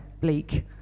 bleak